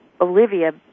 Olivia